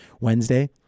Wednesday